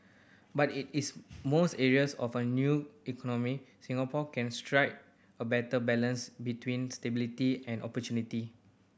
but it is most areas of an new economy Singapore can strike a better balance between stability and opportunity